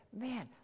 man